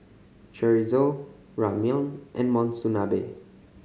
Chorizo Ramyeon and Monsunabe